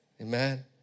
Amen